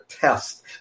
test